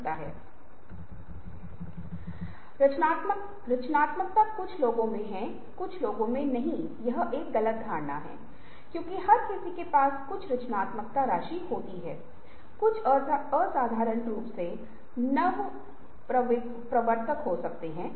सामान्य प्रवृत्ति बड़े ग्लास के लिए जाने की बजाय कोल्ड ड्रिंक्स का पूरा छोटा गिलास लेने की है जिसमें कोल्ड ड्रिंक की समान मात्रा होती है